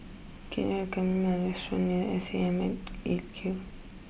can you recommend me a restaurant near S A M at eight Q